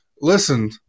listen